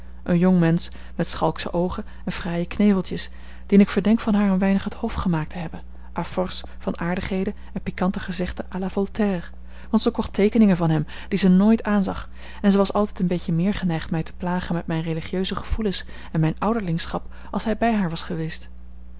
een jongmensch met schalksche oogen en fraaie kneveltjes dien ik verdenk van haar een weinig het hof gemaakt te hebben à force van aardigheden en piquante gezegden à la voltaire want ze kocht teekeningen van hem die zij nooit aanzag en ze was altijd een beetje meer geneigd mij te plagen met mijne religieuse gevoelens en mijn ouderlingschap als hij bij haar was geweest